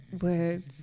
words